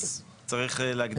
אז צריך להגדיר.